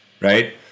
Right